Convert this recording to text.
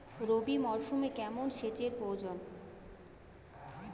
রবি মরশুমে কেমন সেচের প্রয়োজন?